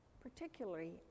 particularly